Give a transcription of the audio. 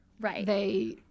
Right